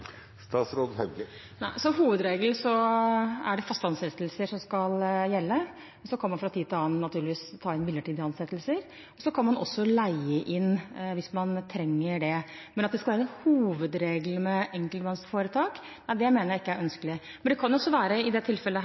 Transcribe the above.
Nei, som hovedregel er det faste ansettelser som skal gjelde, men så kan man fra tid til annen naturligvis ta inn folk på midlertidige ansettelser. Man kan også leie inn hvis man trenger det, men at det skal være en hovedregel med enkeltpersonforetak, mener jeg ikke er ønskelig. Men det kan jo også – i dette tilfellet